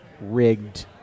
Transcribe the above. rigged